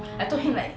oh